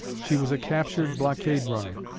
she was a captured blockade-runner,